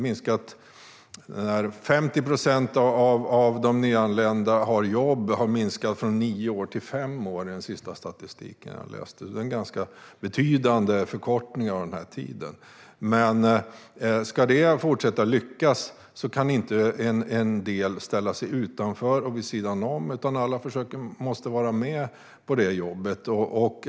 Tiden för när 50 procent av de nyanlända har kommit i jobb har minskat från nio år till fem år i den senaste statistik som jag har läst. Det är en betydande förkortning av tiden. Om det ska fortsätta att lyckas kan inte en del ställa sig utanför och vid sidan om. Alla måste vara med i det jobbet.